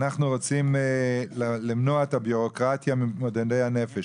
אנחנו רוצים למנוע את הבירוקרטיה ממתמודדי הנפש.